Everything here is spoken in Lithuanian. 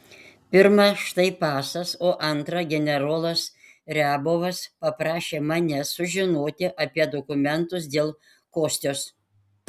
pirma štai pasas o antra generolas riabovas paprašė manęs sužinoti apie dokumentus dėl kostios